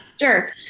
Sure